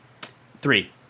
Three